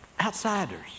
Outsiders